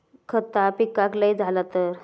खता पिकाक लय झाला तर?